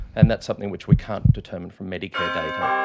and that's something which we can't determine from medicare data,